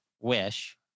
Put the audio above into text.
Wish